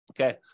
Okay